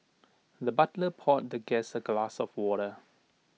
the butler poured the guest A glass of water